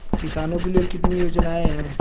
किसानों के लिए कितनी योजनाएं हैं?